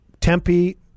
Tempe